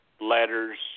letters